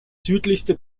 südlichste